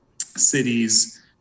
cities